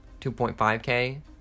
2.5k